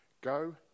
Go